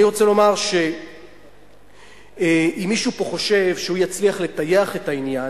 אני רוצה לומר שאם מישהו פה חושב שהוא יצליח לטייח את העניין,